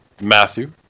matthew